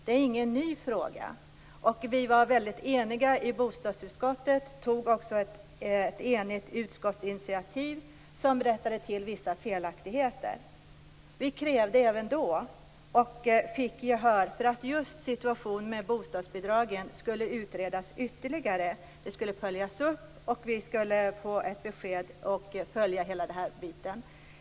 Det är ingen ny fråga. Vi var väldigt eniga i bostadsutskottet. Vi tog också ett enigt utskottsinitiativ som rättade till vissa felaktigheter. Vi krävde även då, och fick gehör för, att just situationen med bostadsbidragen skulle utredas ytterligare. Den skulle följas upp. Vi skulle få ett besked och vi skulle följa allt det här.